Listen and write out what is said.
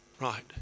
Right